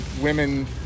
women